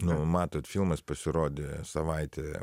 na matot filmas pasirodė savaitė